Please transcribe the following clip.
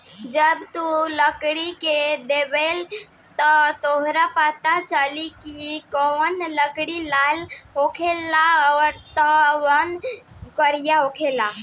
जब तू लकड़ी के देखबे त तोरा पाता चली की कवनो लकड़ी लाल होला त कवनो करिया होला